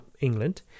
England